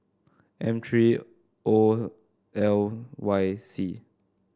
M three O L Y C